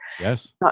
Yes